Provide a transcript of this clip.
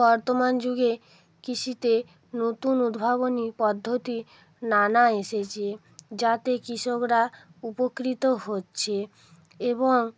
বর্তমান যুগে কৃষিতে নতুন উদ্ভাবনী পদ্ধতি নানা এসেছে যাতে কৃষকরা উপকৃত হচ্ছে এবং